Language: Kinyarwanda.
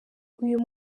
uyu